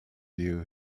you